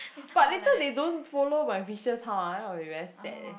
but later they don't follow my vicious how ah then I'll be very sad eh